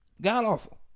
God-awful